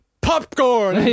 popcorn